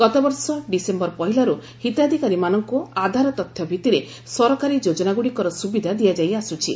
ଗତ ବର୍ଷ ଡିସେମ୍ବର ପହିଲାର୍ ହିତାଧିକାରୀମାନଙ୍କୁ ଆଧାର ତଥ୍ୟ ଭିତ୍ତିରେ ସରକାରୀ ଯୋଜନାଗୁଡ଼ିକର ସୁବିଧା ଦିଆଯାଇ ଆସୁଛି